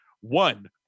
one